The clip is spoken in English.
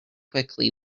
quickly